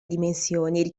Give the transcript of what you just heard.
dimensioni